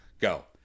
Go